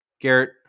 Garrett